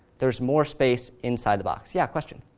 there's more space inside the box. yeah, question?